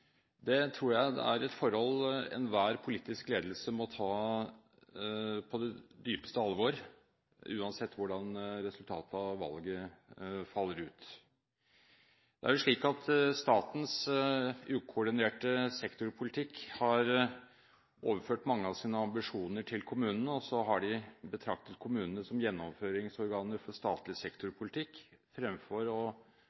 Det tror jeg er et forhold enhver politisk ledelse må ta på det dypeste alvor, uansett hvordan resultatet av valget faller ut. Det er jo slik at statens ukoordinerte sektorpolitikk har overført mange av sine ambisjoner til kommunene, og så har de betraktet kommunene som gjennomføringsorganer for statlig